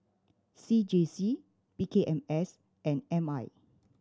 C J C P K M S and M I